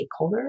stakeholders